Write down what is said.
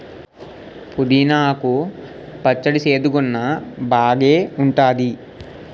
పుదీనా కు పచ్చడి సేదుగున్నా బాగేఉంటాది